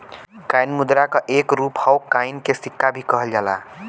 coin मुद्रा क एक रूप हौ कॉइन के सिक्का भी कहल जाला